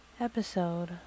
episode